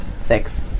Six